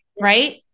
Right